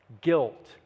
Guilt